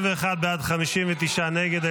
51 בעד, 59 נגד.